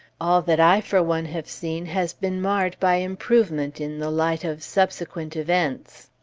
all that i, for one, have seen, has been marred by improvement in the light of subsequent events.